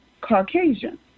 Caucasian